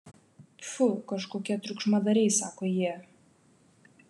pfu kažkokie triukšmadariai sako jie